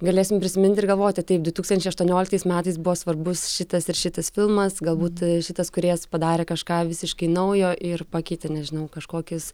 galėsim prisiminti ir galvoti taip du tūkstančiai aštuonioliktais metais buvo svarbus šitas ir šitas filmas galbūt šitas kūrėjas padarė kažką visiškai naujo ir pakeitė nežinau kažkokius